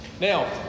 Now